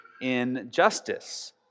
injustice